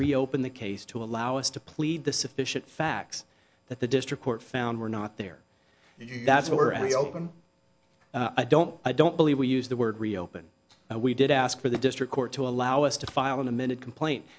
reopen the case to allow us to plead the sufficient facts that the district court found we're not there and that's already open i don't i don't believe we use the word reopen we did ask for the district court to allow us to file an amended complaint